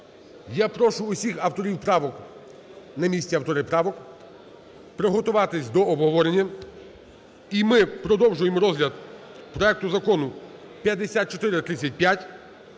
Я прошу усіх авторів правок, на місці автори правок, приготуватись до обговорення. І ми продовжуємо розгляд проекту Закону 5435.